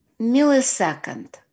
millisecond